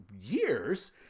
years